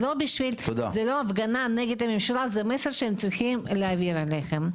זו לא הפגנה נגד הממשלה זה מסר שהם צריכים להעביר אליכם.